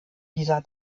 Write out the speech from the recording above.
dieser